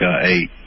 eight